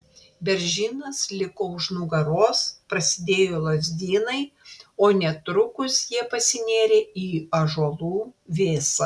beržynas liko už nugaros prasidėjo lazdynai o netrukus jie pasinėrė į ąžuolų vėsą